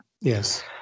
Yes